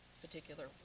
particular